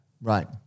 Right